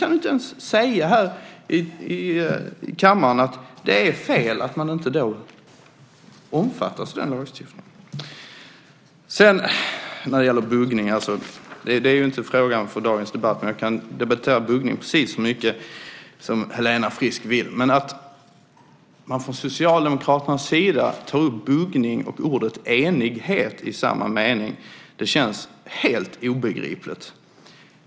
Kan ni inte ens säga här i kammaren att det är fel att de inte omfattas av den lagstiftningen? Buggning är inte frågan för dagens debatt, men jag kan debattera buggning precis så mycket som Helena Frisk vill. Men att man från Socialdemokraternas sida tar upp orden buggning och enighet i samma mening känns helt obegripligt.